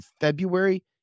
February